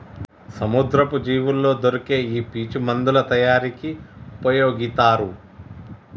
సముద్రపు జీవుల్లో దొరికే ఈ పీచు మందుల తయారీకి ఉపయొగితారు